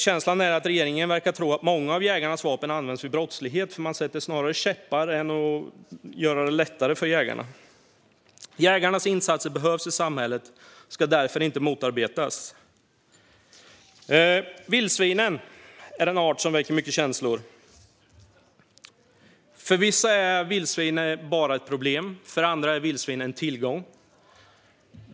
Känslan är att regeringen tror att många av jägarnas vapen används vid brottslighet, för man sätter snarare käppar i hjulet än gör det lättare för jägarna. Jägarnas insatser behövs i samhället och ska därför inte motarbetas. Vildsvin är en art som väcker mycket känslor. För vissa är vildsvin enbart ett problem, och för andra är vildsvin en tillgång.